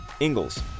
Ingalls